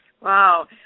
Wow